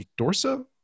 Dorsa